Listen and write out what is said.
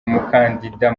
umukandida